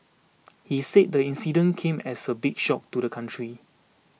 he said the incident came as a big shock to the country